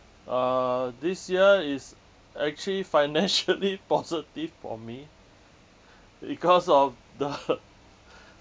uh this year is actually financially positive for me because of the